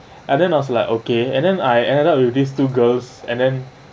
and then I was like okay and then I end up with these two girls and then